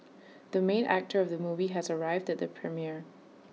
the main actor of the movie has arrived at the premiere